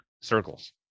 circles